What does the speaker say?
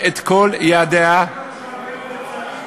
יושב-ראש הכנסת, ותמלא את כל יעדיה.